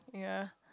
yea